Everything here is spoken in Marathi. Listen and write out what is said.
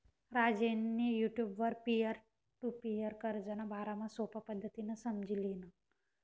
राजेंनी युटुबवर पीअर टु पीअर कर्जना बारामा सोपा पद्धतीनं समझी ल्हिनं